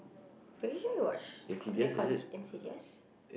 but usually you'll watch con~ either con~ Insidious